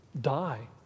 die